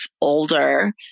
older